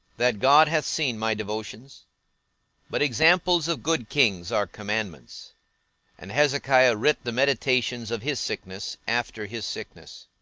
that god hath seen my devotions but examples of good kings are commandments and hezekiah writ the meditations of his sickness, after his sickness.